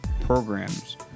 programs